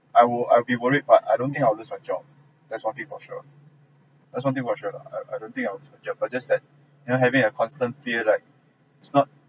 I will I'll be worried but I don't think I'll lose my job that's one thing for sure that's one thing for sure I I don't think of the job but just that you know having a constant fear like it's not